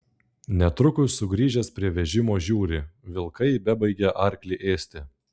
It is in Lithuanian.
netrukus sugrįžęs prie vežimo žiūri vilkai bebaigią arklį ėsti